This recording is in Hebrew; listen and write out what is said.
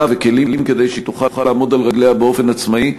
וכלים כדי שהיא תוכל לעמוד על רגליה באופן עצמאי.